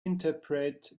interpret